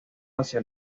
hacia